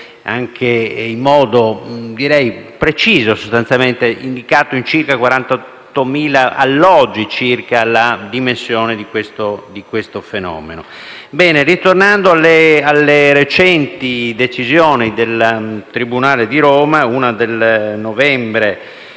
anche in modo direi preciso, indicato in circa 48.000 alloggi la dimensione di questo fenomeno. Tornando alle recenti decisioni del tribunale di Roma, una del novembre